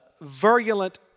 virulent